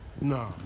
No